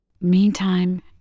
Meantime